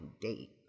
date